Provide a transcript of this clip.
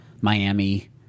Miami